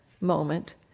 moment